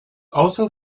also